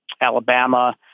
Alabama